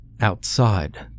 Outside